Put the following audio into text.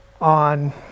on